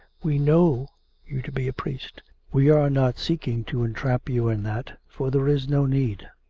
we know you to be a priest. we are not seeking to entrap you in that, for there is no need.